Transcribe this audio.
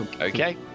Okay